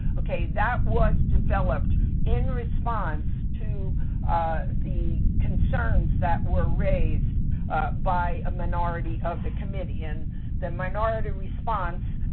okay. that was developed in response to the concerns that were raised by a minority of the committee. and the minority response,